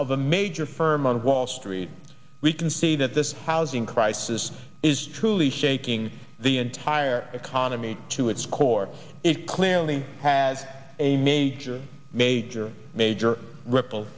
a major firm on wall street we can see that this housing crisis is truly shaking the entire economy to its core it clearly has a major major major ripple